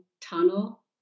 tunnel